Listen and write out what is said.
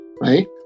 right